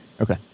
Okay